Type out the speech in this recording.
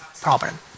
problem